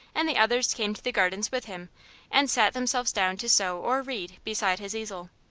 and the others came to the gardens with him and sat themselves down to sew or read beside his easel.